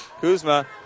Kuzma